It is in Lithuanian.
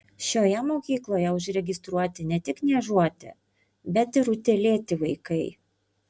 šioje mokykloje užregistruoti ne tik niežuoti bet ir utėlėti vaikai